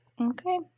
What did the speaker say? Okay